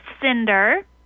Cinder